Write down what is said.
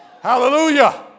Hallelujah